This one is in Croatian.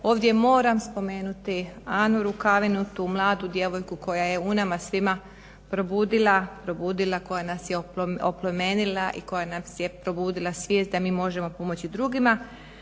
Ovdje moram spomenuti Anu Rukavinu, tu mladu djevojku koja je u nama u svima probudila, koja nas je oplemenila i koja nam je probudila svijest da mi možemo pomoći drugima,